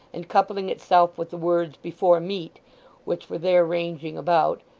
and coupling itself with the words before meat which were there ranging about,